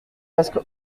presque